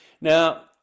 Now